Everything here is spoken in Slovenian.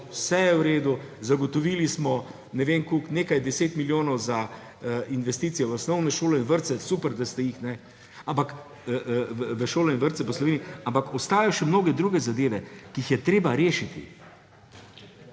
vse je v redu, zagotovili smo ne vem koliko, nekaj 10 milijonov za investicije v osnovne šole in vrtce. Super, da ste jih, za šole in vrtce po Sloveniji, ampak obstajajo še mnoge druge zadeve, ki jih je treba rešiti.